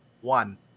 one